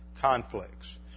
conflicts